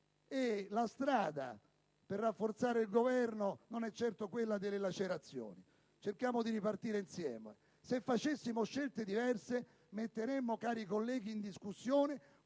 la strada per rafforzare il Governo non è certo quella delle lacerazioni. Cerchiamo di ripartire insieme. Se facessimo scelte diverse, cari colleghi, metteremmo in discussione